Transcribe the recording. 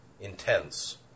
intense